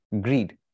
greed